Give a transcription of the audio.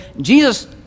Jesus